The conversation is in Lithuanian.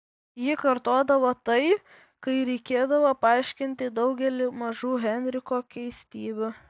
ji kartodavo tai kai reikėdavo paaiškinti daugelį mažų henriko keistybių